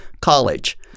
college